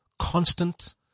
constant